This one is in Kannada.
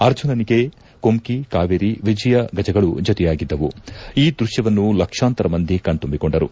ಅರ್ಜುನನಿಗೆ ಕುಮ್ನಿ ಕಾವೇರಿ ವಿಜಯಾ ಗಜಗಳು ಜತೆಯಾಗಿದ್ದವು ಈ ದೃಶ್ಚವನ್ನು ಲಕ್ಷಾಂತರ ಮಂದಿ ಕಣ್ನುಂಬಿಕೊಂಡರು